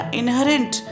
inherent